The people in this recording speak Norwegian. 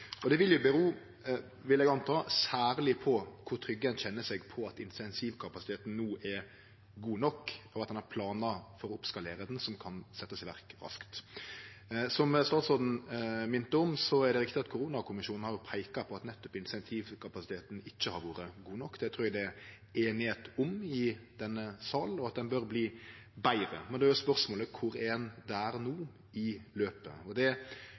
Det kjem, vil eg anta, særleg av kor trygg ein kjenner seg på at intensivkapasiteten no er god nok, og at ein har planar for å skalere han opp som kan setjast i verk raskt. Som statsråden minte om, er det riktig at koronakommisjonen har peika på at nettopp insentivkapasiteten ikkje har vore god nok, det trur eg det er einigheit om i denne sal, og at han bør verte betre. Då er spørsmålet kvar i løpet ein er no. Det kan og bør ikkje handle om berre ressursar og pengar, sjølv om det